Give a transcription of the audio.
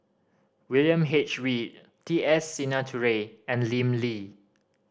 William H Read T S Sinnathuray and Lim Lee